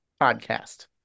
podcast